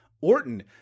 Orton